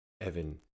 Evan